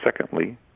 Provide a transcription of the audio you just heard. secondly